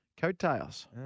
coattails